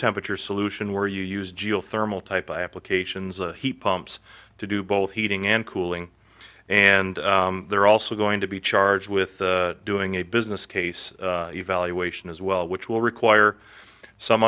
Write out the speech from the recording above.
temperature solution where you use geothermal type applications a heat pumps to do both heating and cooling and they're also going to be charged with doing a business case evaluation as well which will require some